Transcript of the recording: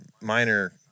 minor